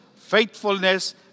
faithfulness